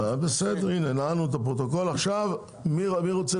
הישיבה ננעלה בשעה 11:00.